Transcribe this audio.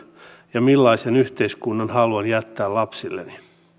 ja millaisen yhteiskunnan haluan jättää lapsilleni